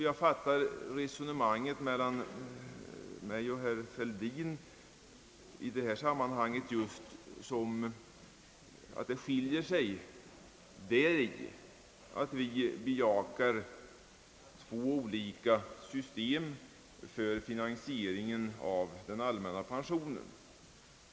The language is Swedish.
Jag fattar resonemanget mellan herr Fälldin och mig i det här sammanhanget just på det sättet att skillnaden i uppfattning består i att vi bejakar två olika system för finansieringen av den allmänna pensionen.